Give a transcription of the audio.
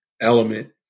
element